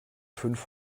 fünf